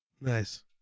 nice